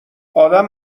ادم